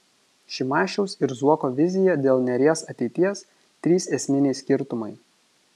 šimašiaus ir zuoko vizija dėl neries ateities trys esminiai skirtumai